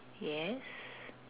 yes